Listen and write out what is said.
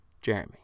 Jeremy